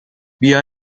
بیا